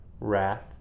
wrath